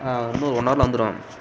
ஆ இன்னும் ஒரு ஒன்னவரில் வந்துடுவேன்